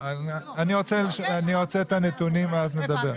אני רוצה את הנתונים ואז נדבר.